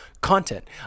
content